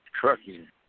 Trucking